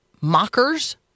mockers